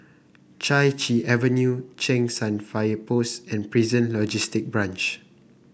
Chai Chee Avenue Cheng San Fire Post and Prison Logistic Branch